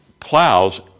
Plows